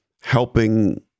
helping